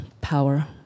power